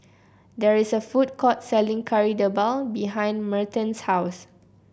there is a food court selling Kari Debal behind Merton's house